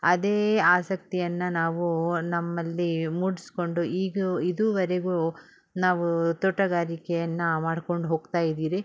ಅದೇ ಆಸಕ್ತಿಯನ್ನು ನಾವು ನಮ್ಮಲ್ಲಿ ಮೂಡಿಸಿಕೊಂಡು ಈಗೂ ಇದುವರೆಗೂ ನಾವು ತೋಟಗಾರಿಕೆಯನ್ನು ಮಾಡ್ಕೊಂಡು ಹೋಗ್ತಾಯಿದೀರಿ